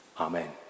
Amen